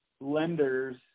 lenders